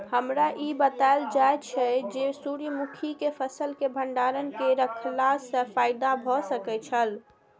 हमरा ई बतायल जाए जे सूर्य मुखी केय फसल केय भंडारण केय के रखला सं फायदा भ सकेय छल?